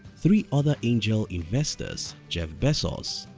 three other angel investors jeff bezos,